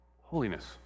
Holiness